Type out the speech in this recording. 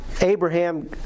Abraham